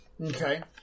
Okay